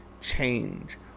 change